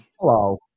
Hello